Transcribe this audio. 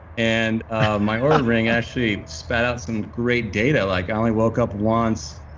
and ah my oura ring actually spat out some great data, like i only woke up once,